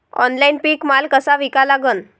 Online पीक माल कसा विका लागन?